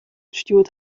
stjoerd